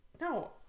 No